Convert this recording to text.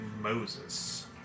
Moses